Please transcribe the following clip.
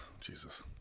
Jesus